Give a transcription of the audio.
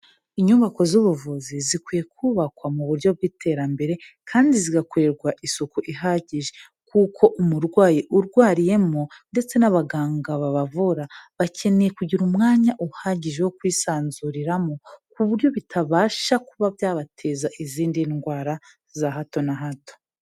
Inyubako z'ubuvuzi zikwiye kubakwa mu buryo bw'iterambere kandi zigakorerwa isuku ihagije kuko umurwayi urwariyemo ndetse n'abaganga babavura bakeneye kugira umwanya uhagije wo kwisanzuriramo ku buryo bitabasha kuba byabateza izindi ndwara za hato na hato.